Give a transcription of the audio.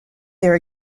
their